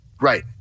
Right